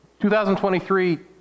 2023